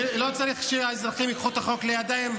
ולא צריך שהאזרחים ייקחו את החוק לידיים.